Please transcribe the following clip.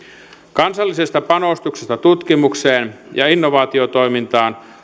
kansallisesta panostuksesta tutkimukseen ja innovaatiotoimintaan